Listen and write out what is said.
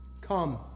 Come